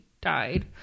died